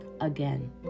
again